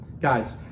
Guys